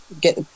get